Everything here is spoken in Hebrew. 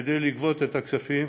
כדי לגבות את הכספים